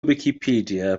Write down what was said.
wicipedia